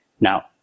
Now